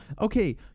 Okay